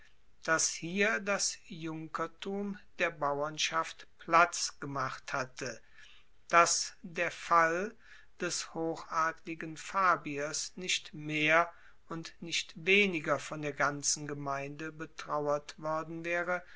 dass hier das junkertum der bauernschaft platz gemacht hatte dass der fall des hochadligen fabiers nicht mehr und nicht weniger von der ganzen gemeinde betrauert worden waere